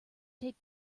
take